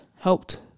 Helped